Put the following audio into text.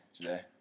today